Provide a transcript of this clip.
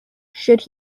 should